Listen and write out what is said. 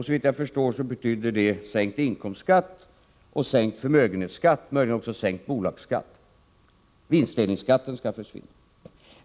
Såvitt jag förstår betyder det sänkt inkomstskatt, sänkt förmögenhetsskatt, möjligen också sänkt bolagsskatt och att vinstdelningsskatten skall försvinna.